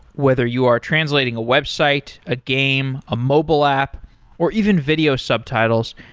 whether you are translating a website, a game, a mobile app or even video subtitles,